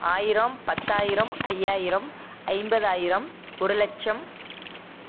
ஆயிரம் பத்தாயிரம் ஐயாயிரம் ஐம்பதாயிரம் ஒரு லட்சம்